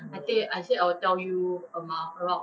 mmhmm